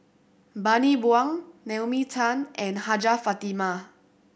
Bani Buang Naomi Tan and Hajjah Fatimah